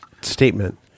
statement